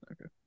Okay